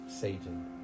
Satan